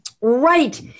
Right